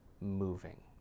moving